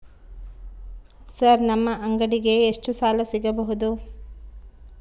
Sir ನಮ್ಮ ಅಂಗಡಿಗೆ ಎಷ್ಟು ಸಾಲ ಸಿಗಬಹುದು?